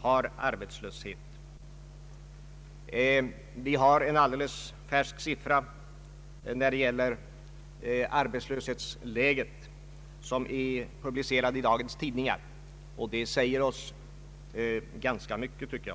har arbetslöshet. Beträffande arbetslöshetsläget har vi tillgång till en alldeles färsk siffra publicerad i dagens tidningar. Den säger oss enligt min mening ganska mycket.